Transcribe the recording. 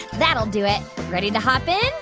that'll do it. ready to hop in?